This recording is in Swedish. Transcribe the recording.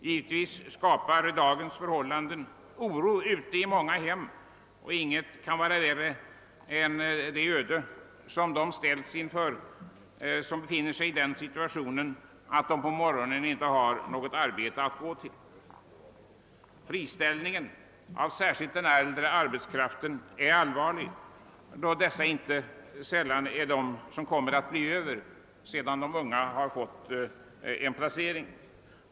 Givetvis skapar dagens förhållanden oro i många hem, och ingenting kan heller vara värre än att drabbas av ödet att inte ha något arbete att gå till på morgonen. Särskilt allvarligt är friställandet av den äldre arbetskraften, som ofta blir över sedan de unga fått en placering.